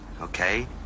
okay